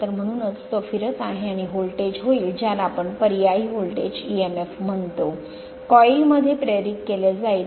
तर म्हणूनच तो फिरत आहे आणि व्होल्टेज होईल ज्याला आपण पर्यायी व्होल्टेज emf म्हणतो कॉइल मध्ये प्रेरित केले जाईल